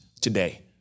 today